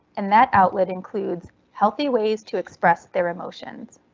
and that outlet includes healthy ways to express their emotions.